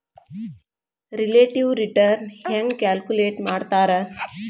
relative return ಹೆಂಗ calculate ಮಾಡ್ತಾರಾ